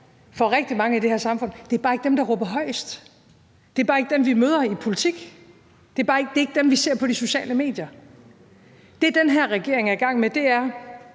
for rigtig mange i det her samfund. Det er bare ikke dem, der råber højest. Det er bare ikke dem, vi møder i politik. Det er ikke dem, vi ser på de sociale medier. Det, den her regering er i gang med, er en